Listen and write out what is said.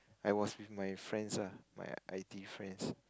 I was with my friends lah my i_t_e friends